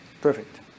Perfect